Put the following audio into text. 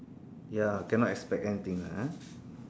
ya cannot expect anything lah